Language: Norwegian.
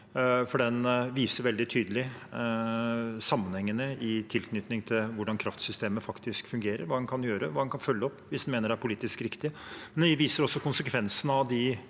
den viser veldig tydelig sammenhengene i tilknytning til hvordan kraftsystemet faktisk fungerer, hva en kan gjøre, hva en kan følge opp hvis en mener det er politisk riktig. En viser også konsekvensene av de